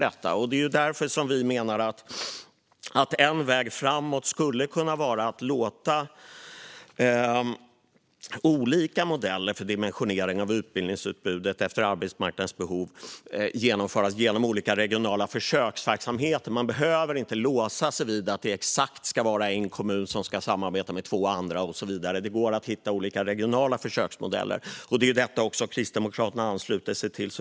Det är därför vi menar att en väg framåt skulle kunna vara att låta olika modeller för dimensionering av utbildningsutbudet efter arbetsmarknadens behov genomföras genom olika regionala försöksverksamheter. Man behöver inte låsa sig vid att det exakt ska vara en kommun som ska samarbeta med två andra och så vidare. Det går att hitta olika regionala försöksmodeller, och det är detta som Kristdemokraterna ansluter sig till.